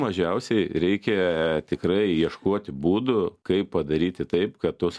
mažiausiai reikia tikrai ieškoti būdų kaip padaryti taip kad tos